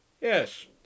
Yes